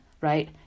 right